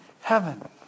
heaven